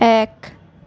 এক